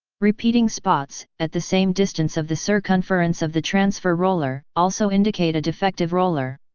repeating spots at the same distance of the circumference of the transfer roller also indicate a defective roller.